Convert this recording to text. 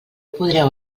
podreu